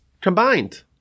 combined